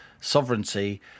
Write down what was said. sovereignty